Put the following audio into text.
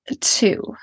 Two